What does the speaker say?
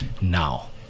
now